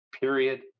period